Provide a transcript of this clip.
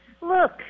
Look